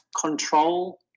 control